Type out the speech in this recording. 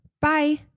bye